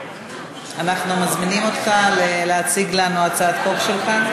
אנחנו מזמינים אותך להציג לנו את הצעת החוק שלך.